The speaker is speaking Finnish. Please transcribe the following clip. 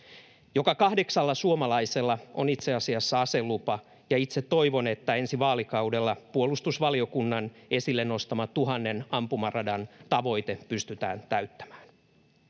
Joka kahdeksannella suomalaisella on itse asiassa aselupa, ja itse toivon, että ensi vaalikaudella puolustusvaliokunnan esille nostama tuhannen ampumaradan tavoite pystytään täyttämään.